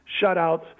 shutouts